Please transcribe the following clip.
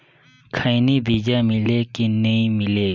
खैनी बिजा मिले कि नी मिले?